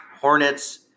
Hornets